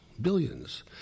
billions